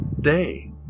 day